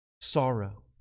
sorrow